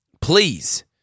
please